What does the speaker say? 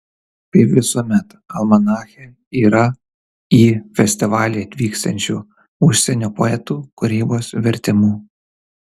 kaip visuomet almanache yra į festivalį atvyksiančių užsienio poetų kūrybos vertimų